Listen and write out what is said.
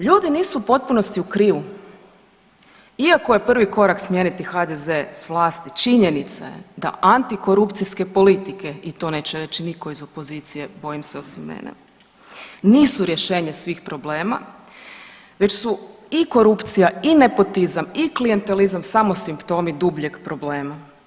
Ljudi nisu u potpunosti u krivu iako je prvi korak smijeniti HDZ s vlasti, činjenica je da antikorupcijske politike i to neće reći nitko iz opozicije bojim se osim mene, nisu rješenje svih problema već su i korupcija i nepotizam i klijentelizam samo simptomi dubljeg problema.